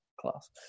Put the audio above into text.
Class